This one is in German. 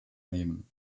nehmen